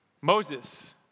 Moses